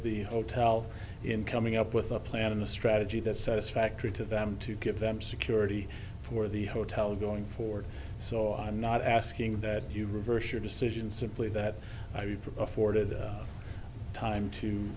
the hotel in coming up with a plan and a strategy that's satisfactory to them to give them security for the hotel going forward so i'm not asking that you reverse your decision simply that i afforded time to